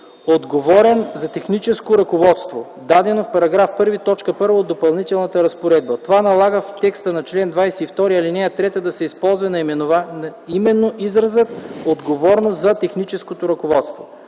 „отговорен за техническото ръководство”, дадено в § 1, т. 1 от допълнителната разпоредба (§ 56). Това налага в текста на чл. 22, ал. 3 да се използва именно изразът „отговорно за техническото ръководство”.